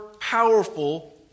Powerful